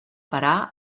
parar